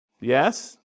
Yes